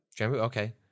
okay